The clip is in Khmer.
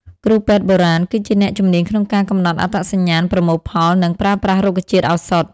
គ្រូពេទ្យបុរាណ គឺជាអ្នកជំនាញក្នុងការកំណត់អត្តសញ្ញាណ ប្រមូលផល និងប្រើប្រាស់រុក្ខជាតិឱសថ។